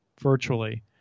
virtually